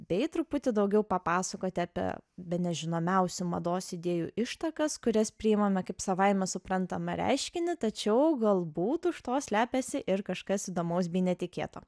bei truputį daugiau papasakoti apie bene žinomiausių mados idėjų ištakas kurias priimame kaip savaime suprantamą reiškinį tačiau galbūt už to slepiasi ir kažkas įdomaus bei netikėto